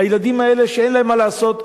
הילדים האלה שאין להם מה לעשות,